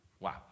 Wow